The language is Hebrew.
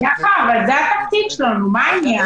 יעקב, זה התפקיד שלנו, מה העניין?